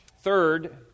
Third